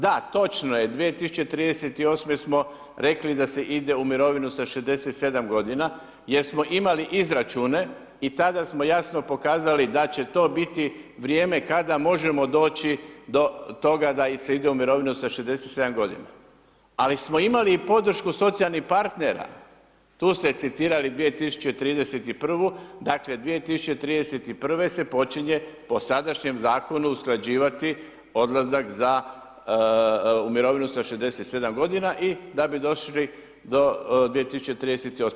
Da, točno je 2038. smo rekli da se ide u mirovinu sa 67 g. jer smo imali izračune i tada smo jasno pokazali da će to biti vrijeme kada možemo doći do toga da se ide u mirovinu sa 67 g. Ali smo imali i podršku socijalnih partnera, tu te citirali 2031. dakle, 2031. se počinje, po sadašnjem zakonu usklađivati odlazak za mirovinu sa 67 g. i da bi došli do 2038.